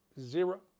Zero